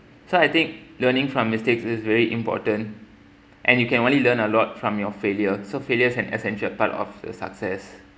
so I think learning from mistakes is very important and you can only learn a lot from your failure so failures an essential part of the success